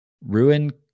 ruin